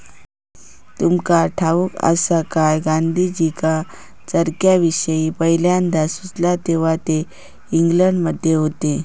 तुमका ठाऊक आसा काय, गांधीजींका चरख्याविषयी पयल्यांदा सुचला तेव्हा ते इंग्लंडमध्ये होते